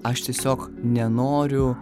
aš tiesiog nenoriu